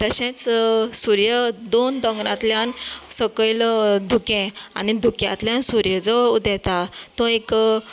तशेंच सुर्य दोन दोंगरांतल्यान सकयल धुकें आनी धुक्यांतल्यान सुर्य जो उदेता तो एक